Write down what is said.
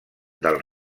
del